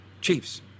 chiefs